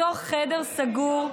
אותו חדר סגור.